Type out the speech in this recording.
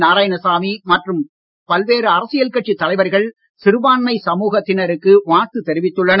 நாராயணசாமி மற்றும் பல்வேறு அரசியல் கட்சித் தலைவர்கள் சிறுபான்மை சமூகத்தினருக்கு வாழ்த்து தெரிவித்துள்ளனர்